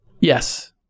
Yes